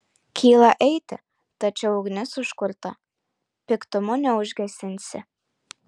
kyla eiti tačiau ugnis užkurta piktumu neužgesinsi